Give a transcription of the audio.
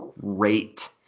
great